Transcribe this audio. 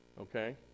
Okay